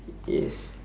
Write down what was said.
yes